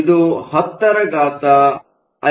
ಇದು 105 ಆಗಿದೆ